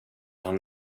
han